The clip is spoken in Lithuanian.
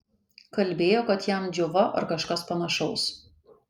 kalbėjo kad jam džiova ar kažkas panašaus